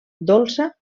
dolça